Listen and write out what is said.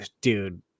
dude